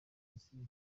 rusizi